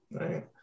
Right